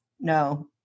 no